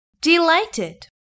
Delighted